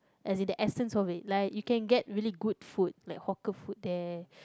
as in the essense of it like you can get really good food like hawker food there